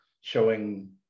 showing